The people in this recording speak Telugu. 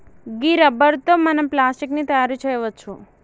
గీ రబ్బరు తో మనం ప్లాస్టిక్ ని తయారు చేయవచ్చు